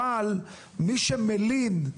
אבל מי שמלין,